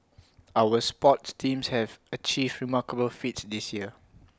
our sports teams have achieved remarkable feats this year